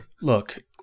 look